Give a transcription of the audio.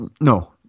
No